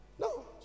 No